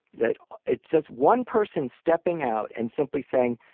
that it's just one person stepping out and simply saying,